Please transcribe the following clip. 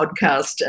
podcast